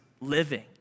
living